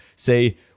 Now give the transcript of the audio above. Say